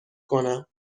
کنم